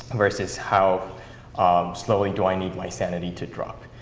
versus how um slowly do i need my sanity to drop.